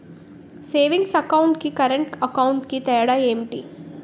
Savings account కి current account కి తేడా ఏమిటి?